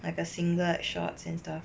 like a singlet shorts and stuff